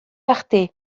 arte